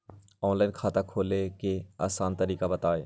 Online खाता खोले के आसान तरीका बताए?